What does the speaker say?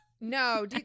No